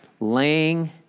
laying